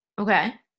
Okay